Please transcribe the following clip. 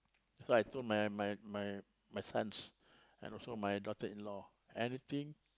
so I told my my my my sons and also my daughter-in-law anything